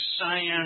science